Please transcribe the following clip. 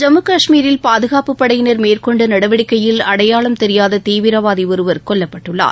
ஜம்மு கஷ்மீரில் பாதுகாப்புப் படையினர் மேற்கொண்ட நடவடிக்கையில் அடையாளம் தெரியாத தீவிரவாதி ஒருவர் கொல்லப்பட்டுள்ளார்